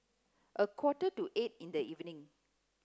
a quarter to eight in the evening